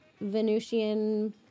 Venusian